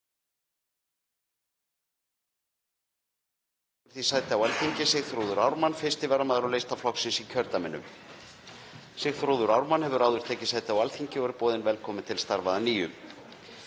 tekur því sæti á Alþingi Sigþrúður Ármann, 1. varamaður á lista flokksins í kjördæminu. Sigþrúður Ármann hefur áður tekið sæti á Alþingi og er boðin velkomin til starfa að nýju.